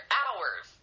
hours